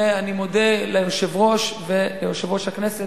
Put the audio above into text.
ואני מודה ליושב-ראש וליושב-ראש הכנסת